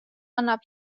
annab